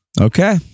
Okay